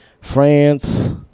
France